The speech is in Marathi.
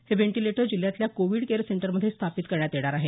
हे व्हेंटिलेटर जिल्ह्यातल्या कोविड केअर सेंटर मध्ये स्थापित करण्यात येणार आहेत